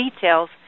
details